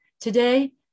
Today